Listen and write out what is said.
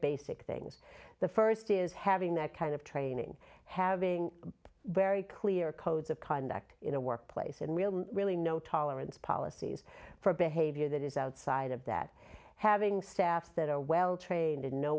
basic things the first is having that kind of training having very clear codes of conduct in the workplace and really really no tolerance policies for behavior that is outside of that having staff that are well trained and know